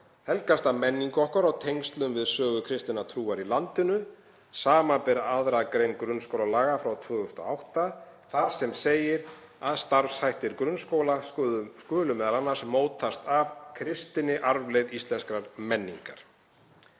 helgast af menningu okkar og tengslum við sögu kristinnar trúar í landinu, sbr. 2. gr. grunnskólalaga frá 2008, þar sem segir að starfshættir grunnskóla skuli m.a. mótast af „kristinni arfleifð íslenskrar menningar“.